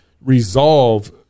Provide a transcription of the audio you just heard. resolve